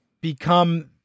become